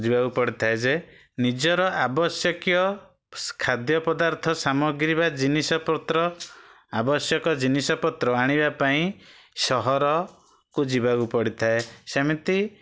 ଯିବାକୁ ପଡ଼ିଥାଏ ଯେ ନିଜର ଆବଶ୍ୟକୀୟ ଖାଦ୍ୟ ପଦାର୍ଥ ସାମଗ୍ରୀ ବା ଜିନିଷପତ୍ର ଆବଶ୍ୟକ ଜିନିଷପତ୍ର ଆଣିବା ପାଇଁ ସହରକୁ ଯିବାକୁ ପଡ଼ିଥାଏ ସେମିତି